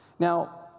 Now